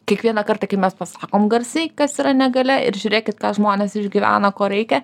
kiekvieną kartą kai mes pasakom garsiai kas yra negalia ir žiūrėkit ką žmonės išgyvena ko reikia